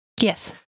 Yes